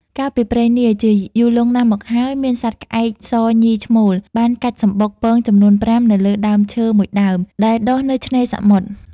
កាលពីព្រេងនាយ ជាយូរលុងណាស់មកហើយ មានសត្វក្អែកសញីឈ្មោល បានកាច់សំបុកពងចំនួន ៥ នៅលើដើមឈើមួយដើម ដែលដុះនៅឆ្នេរសមុទ្រ។